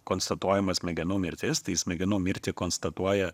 konstatuojama smegenų mirtis tai smegenų mirtį konstatuoja